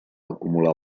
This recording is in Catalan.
acumular